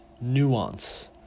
Nuance